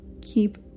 keep